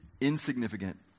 insignificant